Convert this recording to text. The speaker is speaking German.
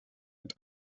mit